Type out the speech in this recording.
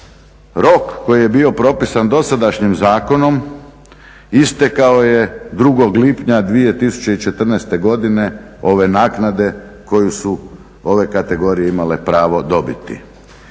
rok koji je bio propisan dosadašnjim zakonom istekao je 2. lipnja 2014. godine ove naknade koju su ove kategorije imale pravo dobiti.